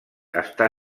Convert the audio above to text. està